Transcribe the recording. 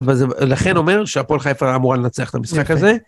לכן אומר שהפועל חיפה אמורה לנצח את המשחק הזה.